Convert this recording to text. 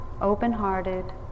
open-hearted